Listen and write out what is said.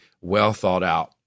well-thought-out